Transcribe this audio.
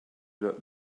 that